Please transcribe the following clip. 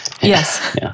yes